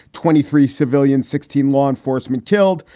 twenty three civilians, sixteen law enforcement killed.